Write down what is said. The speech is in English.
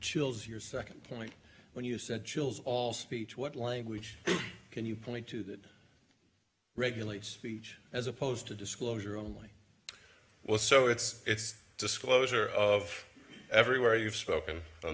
chills your second point when you said chills all speech what language can you point to that regulate speech as opposed to disclosure only well so it's disclosure of everywhere you've spoken on